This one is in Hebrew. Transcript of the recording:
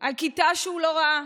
על הכיתה שהוא לא ראה?